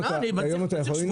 היום אתה יכול לנהוג?